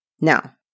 Now